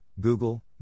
Google